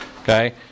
Okay